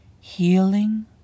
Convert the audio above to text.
healing